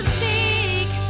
seek